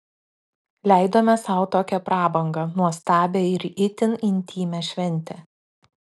leidome sau tokią prabangą nuostabią ir itin intymią šventę